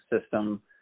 system